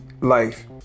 life